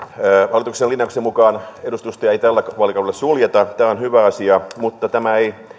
hallituksen linjauksen mukaan edustustoja ei tällä vaalikaudella suljeta tämä on hyvä asia mutta tämä ei